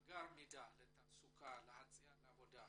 קיום מאגר מידע לגבי תעסוקה והיצע עבודה,